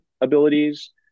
abilities